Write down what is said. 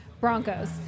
Broncos